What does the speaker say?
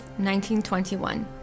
1921